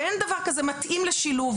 ואין דבר כזה מתאים לשילוב,